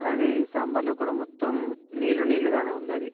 అలాగే సాంబార్లో కూడా మొత్తం నీళ్ళు నీళ్ళుగానే ఉందది